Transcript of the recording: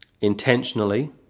intentionally